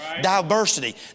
Diversity